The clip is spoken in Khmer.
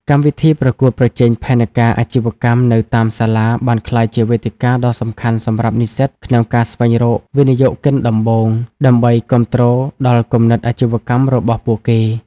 កម្មវិធីប្រកួតប្រជែងផែនការអាជីវកម្មនៅតាមសាលា បានក្លាយជាវេទិកាដ៏សំខាន់សម្រាប់និស្សិតក្នុងការស្វែងរក "វិនិយោគិនដំបូង" ដើម្បីគាំទ្រដល់គំនិតអាជីវកម្មរបស់ពួកគេ។